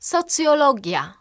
Sociologia